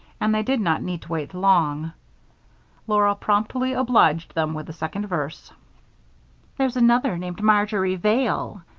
and they did not need to wait long laura promptly obliged them with the second verse there's another named marjory vale,